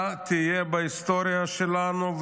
אתה תהיה בהיסטוריה שלנו,